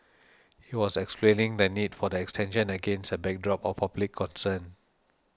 he was explaining the need for the extension against a backdrop of public concern